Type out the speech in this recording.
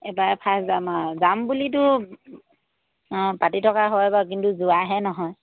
এইবাৰ ফাৰ্ষ্ট যাম আৰু যাম বুলিতো অঁ পাতি থকা হয় বাৰু কিন্তু যোৱাহে নহয়